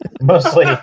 Mostly